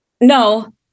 no